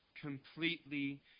completely